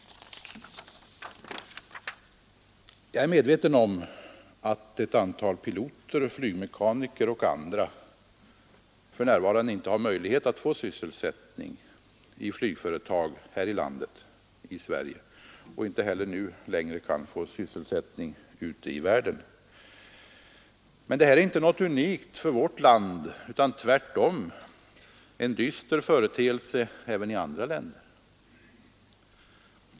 Jag är medveten om att ett antal piloter, flygmekaniker och andra för närvarande inte kan få sysselsättning vid flygföretag i Sverige och att de nu inte heller kan få sysselsättning ute i världen. Men detta är inte något unikt för vårt land. Tvärtom är det en dyster företeelse även i andra länder.